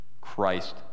Christ